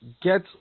get